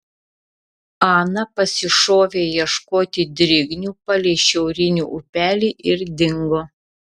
ana pasišovė ieškoti drignių palei šiaurinį upelį ir dingo